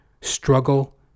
struggle